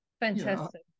Fantastic